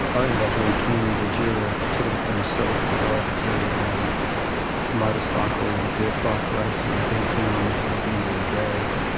over that weekend the juror took it upon himself to go off to a motorcycle dirt bike racing event known as the bindoon drags.